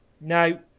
Now